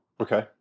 Okay